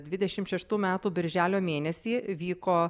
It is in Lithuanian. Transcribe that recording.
dvidešimt šeštų metų birželio mėnesį vyko